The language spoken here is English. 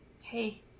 Hey